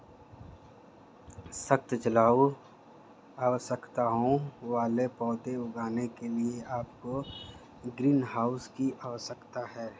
सख्त जलवायु आवश्यकताओं वाले पौधे उगाने के लिए आपको ग्रीनहाउस की आवश्यकता है